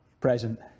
present